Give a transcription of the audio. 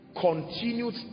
continued